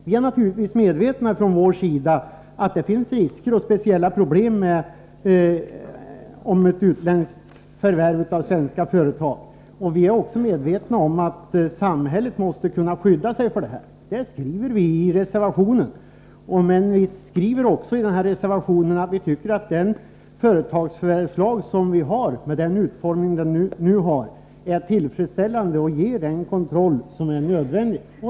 Vi är naturligtvis medvetna om att det finns risker och speciella problem förknippade med ett utländskt förvärv av svenska företag. Vi är medvetna om att samhället måste kunna skydda sig mot detta. Det skriver vi i reservationen. Men vi skriver också i reservationen att vi tycker att den företagsförvärvslag som vi har, med den utformning som den har, är tillfredsställande och innebär den kontroll som är nödvändig.